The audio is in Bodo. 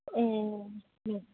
ए दे